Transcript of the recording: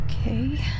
Okay